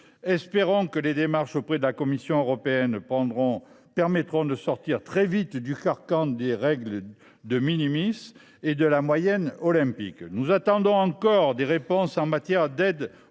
Espérons que les démarches entreprises auprès de la Commission européenne permettront de sortir très vite du carcan des règles et de la moyenne olympique. Nous attendons encore des réponses concernant l’aide